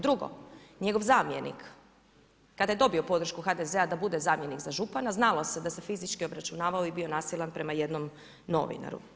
Drugo, njegov zamjenik kada je dobio podršku HDZ-a da bude zamjenik za župana znalo se da se fizički obračunavao i bio nasilan prema jednom novinaru.